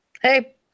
Hey